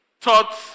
Thoughts